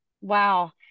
wow